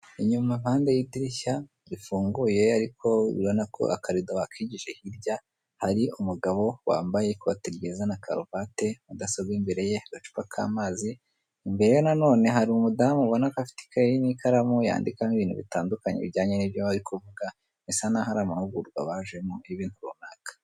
Inyuma mpande y'idirishya rifunguye ariko ubona ko akarido bakigije hirya hari umugabo wambaye ikote ryiza n'akaruvate mudasobwa imbere ye, agacupa k'amazi, imbere ye na none hari umudamu ubona ko afite ikayi n'ikaramu yandikamo ibintu bitandukanye bijyanye nibyo bari kuvuga bisanaho ari amahugurwa bajemo y'ibintu runaka.